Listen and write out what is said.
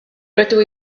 rydw